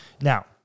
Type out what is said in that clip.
Now